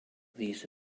these